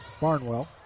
Barnwell